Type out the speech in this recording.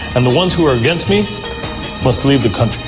and the ones who are against me must leave the country.